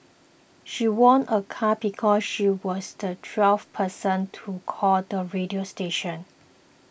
she won a car because she was the twelfth person to call the radio station